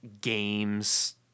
games